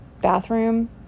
bathroom